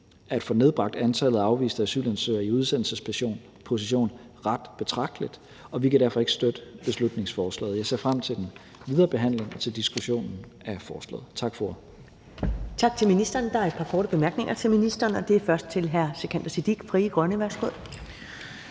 at få nedbragt antallet af afviste asylansøgere i udsendelsesposition ret betragteligt. Og vi kan derfor ikke støtte beslutningsforslaget. Jeg ser frem til den videre behandling og til diskussionen af forslaget. Tak for ordet. Kl. 11:54 Første næstformand (Karen Ellemann): Tak til ministeren. Der er et par korte bemærkninger til ministeren, og det er først hr. Sikandar Siddique, Frie Grønne. Værsgo.